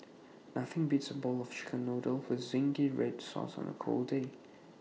nothing beats A bowl of Chicken Noodles with Zingy Red Sauce on A cold day